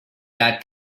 that